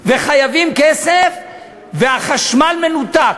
וחייבים כסף והחשמל מנותק?